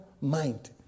mind